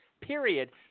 period